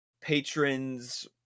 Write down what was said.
Patrons